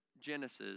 Genesis